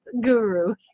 guru